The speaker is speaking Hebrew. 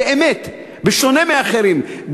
באמת בשונה מאחרים,